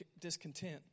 discontent